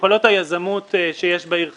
היזמות שיש בעיר חיפה,